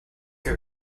que